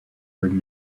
heard